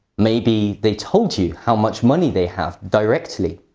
maybe they told you how much money they have directly.